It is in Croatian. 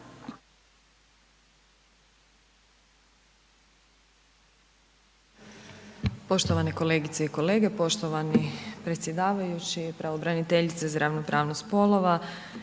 Poštovane kolegice i kolege, poštovani predsjedavajući, pravobraniteljica za ravnopravnost spolova